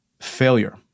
failure